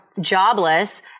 jobless